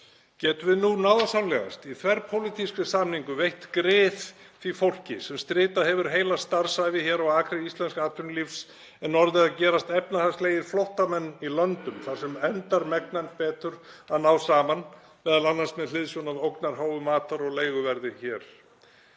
Getum við nú náðarsamlegast, í þverpólitískri sameiningu, veitt grið því fólki sem stritað hefur heila starfsævi á akri íslensks atvinnulífs en orðið að gerast efnahagslegir flóttamenn í löndum þar sem endar megna betur að ná saman, m.a. með hliðsjón af ógnarháu matar- og leiguverði hér?